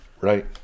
right